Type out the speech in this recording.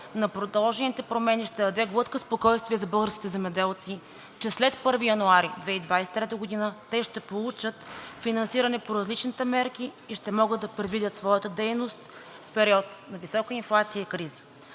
на предложените промени ще даде глътка спокойствие за българските земеделци, че след 1 януари 2023 г. те ще получат финансиране по различните мерки и ще могат да предвидят своята дейност в период на висока инфлация и криза.